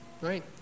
right